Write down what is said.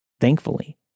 Thankfully